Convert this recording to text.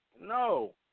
no